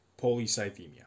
polycythemia